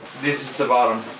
this is the bottom.